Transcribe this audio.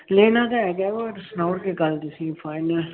लैना ते है गै पर सनाई ओड़गे कल तुसी फाइनल